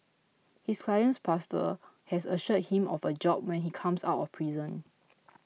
his client's pastor has assured him of a job when he comes out of prison